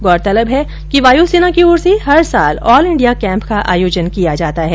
गौरतलब है कि वायुसेना की ओर से हर साल ऑल इंडिया कैंप का आयोजन किया जाता है